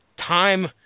time